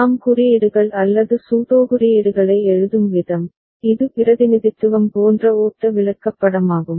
நாம் குறியீடுகள் அல்லது சூடோகுறியீடுகளை எழுதும் விதம் இது பிரதிநிதித்துவம் போன்ற ஓட்ட விளக்கப்படமாகும்